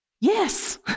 Yes